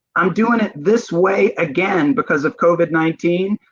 um doing it this way again because of covid nineteen.